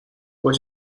pues